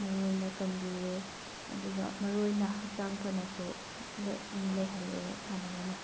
ꯃꯔꯨꯑꯣꯏꯅ ꯀꯟꯕꯤꯌꯦ ꯑꯗꯨꯒ ꯃꯔꯨꯑꯣꯏꯅ ꯍꯛꯆꯥꯡ ꯐꯅꯁꯨ ꯂꯩꯍꯜꯂꯦ ꯁꯥꯟꯅꯕꯅ